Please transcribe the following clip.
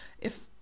if